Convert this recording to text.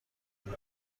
کنین